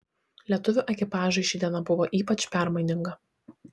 lietuvių ekipažui ši diena buvo ypač permaininga